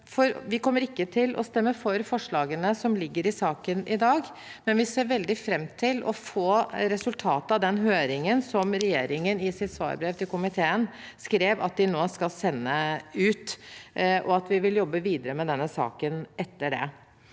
Vi kommer ikke til å stemme for forslagene som ligger i saken i dag, men vi ser veldig fram til å få resultatet av den høringen regjeringen i sitt svarbrev til komiteen skrev at de nå skal sende ut, og til å jobbe videre med denne saken etter det.